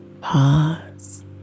pause